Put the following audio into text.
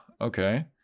okay